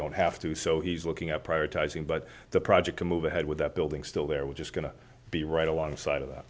don't have to so he's looking at prioritizing but the project to move ahead with that building still there we're just going to be right alongside of that